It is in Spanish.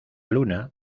luna